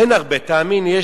אין הרבה, תאמין לי.